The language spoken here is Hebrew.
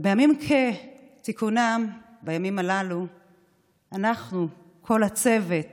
בימים כתיקונם, בימים הללו אנחנו, כל הצוות